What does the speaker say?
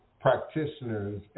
practitioners